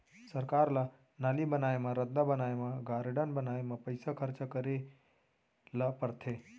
सरकार ल नाली बनाए म, रद्दा बनाए म, गारडन बनाए म पइसा खरचा करे ल परथे